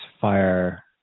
fire